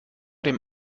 dem